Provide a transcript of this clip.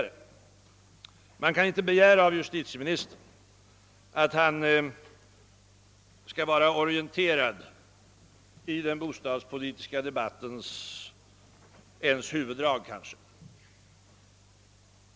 Man kan måhända inte begära av justitieministern att han skall vara orienterad ens om den bostadspolitiska debattens huvuddrag.